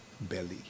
belly